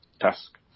task